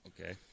Okay